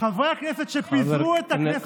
חברי הכנסת שפיזרו את הכנסת העשרים-ואחת,